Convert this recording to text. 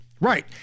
Right